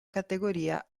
categoria